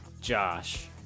Josh